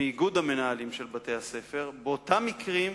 מאיגוד המנהלים של בתי-הספר, באותם מקרים